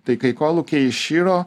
tai kai kolūkiai iširo